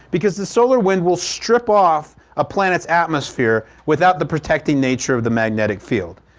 because the solar wind will strip off a planet's atmosphere, without the protective nature of the magnetic field.